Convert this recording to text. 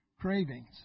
cravings